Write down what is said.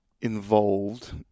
involved